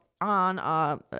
on